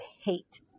hate